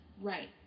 Right